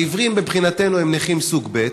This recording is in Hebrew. העיוורים מבחינתנו הם נכים סוג ב'.